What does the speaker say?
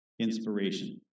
inspiration